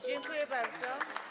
Dziękuję bardzo.